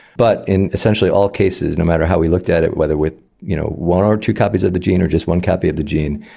but in essentially all cases, no matter how we looked at it, whether with you know one or two copies of the gene or just one copy of the gene,